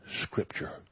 Scripture